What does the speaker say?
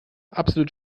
absolut